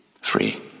Free